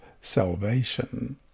salvation